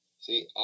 See